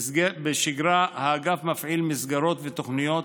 בשגרה האגף מפעיל מסגרות ותוכניות